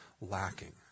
lacking